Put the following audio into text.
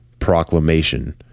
proclamation